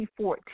2014